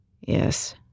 Yes